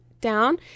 down